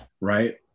right